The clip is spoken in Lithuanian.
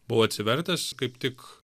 buvau atsivertęs kaip tik